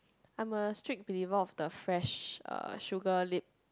I am a strict believer of the fresh uh sugar lips